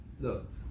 Look